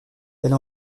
elle